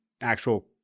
actual